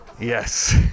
Yes